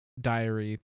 diary